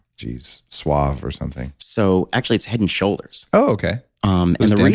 geez, suave or something so, actually it's head and shoulders oh, okay um